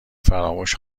فراموش